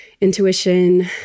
intuition